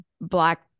Black